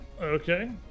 Okay